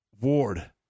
Ward